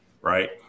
right